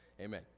Amen